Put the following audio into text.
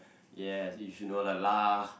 yes you should know lah lah